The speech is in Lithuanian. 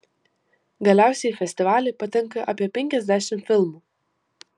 galiausiai į festivalį patenka apie penkiasdešimt filmų